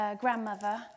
grandmother